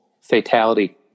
fatality